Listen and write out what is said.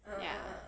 ya